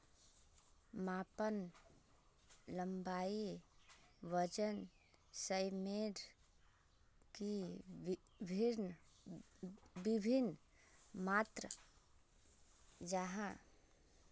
मापन लंबाई वजन सयमेर की वि भिन्न मात्र जाहा?